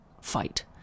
fight